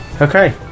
okay